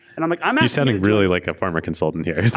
and um like um sounded really like a far more consultant here.